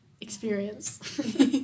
experience